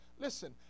Listen